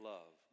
Love